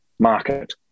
market